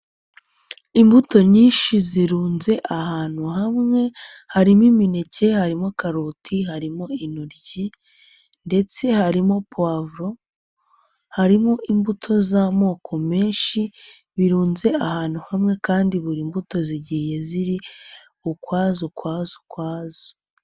Imbuto nyinshi zirunze ahantu hamwe, harimo imineke harimo karoti harimo intoryi, ndetse harimo puwavuro, harimo imbuto z'amoko menshi, birunze ahantu hamwe, kandi buri mbuto zigiye ziri ukwazo ukwazo ukwazo.